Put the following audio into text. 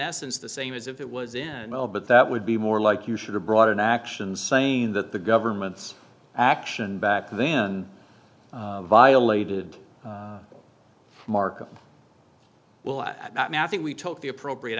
essence the same as if it was in well but that would be more like you should have brought an action saying that the government's action back then violated market will i think we took the appropriate